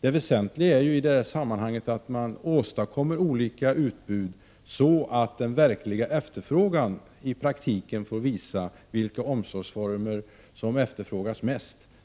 det väsentliga i detta sammanhang är att man åstadkommer ett varierat utbud, så att den verkliga efterfrågan i praktiken får visa vilka omsorgsformer som efterfrågas mest.